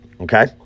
okay